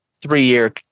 three-year